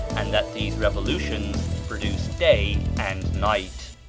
and that these revolutions produced day and night.